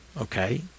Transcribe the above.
Okay